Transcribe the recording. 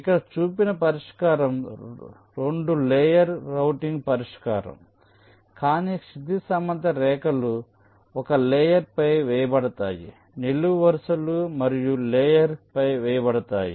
ఇక్కడ చూపిన పరిష్కారం 2 లేయర్ రౌటింగ్ పరిష్కారం కానీ క్షితిజ సమాంతర రేఖలు ఒక లేయర్ పై వేయబడతాయి నిలువు వరుసలు మరొక లేయర్ పై వేయబడతాయి